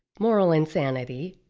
moral insanity,